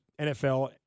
NFL